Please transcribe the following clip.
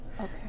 okay